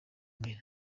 mbere